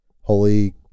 Holy